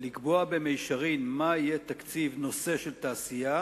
לקבוע במישרין מה יהיה תקציב נושא של תעשייה,